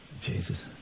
Jesus